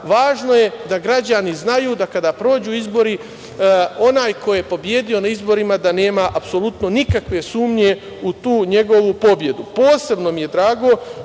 Važno je da građani znaju da kada prođu izbori onaj koji je pobedio na izborima da nema apsolutno nikakve sumnje u tu njegovu pobedu. Posebno mi je drago